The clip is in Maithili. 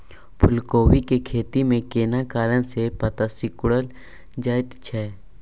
फूलकोबी के खेती में केना कारण से पत्ता सिकुरल जाईत छै?